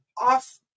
off